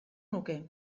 nuke